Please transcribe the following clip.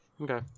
Okay